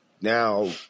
Now